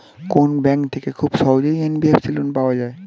কোন ব্যাংক থেকে খুব সহজেই এন.বি.এফ.সি লোন পাওয়া যায়?